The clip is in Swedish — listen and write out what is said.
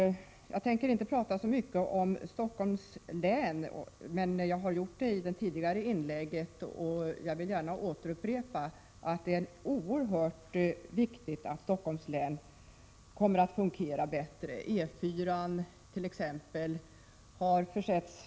Jag tänker inte prata så mycket om Stockholms län — jag har gjort det i det tidigare inlägget. Jag vill dock gärna återupprepa att det är oerhört viktigt att trafiken i Stockholms län kommer att fungera bättre. E 4 hart.ex.